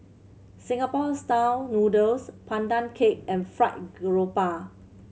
Singapore Style Noodles Pandan Cake and fried grouper